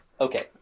Okay